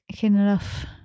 enough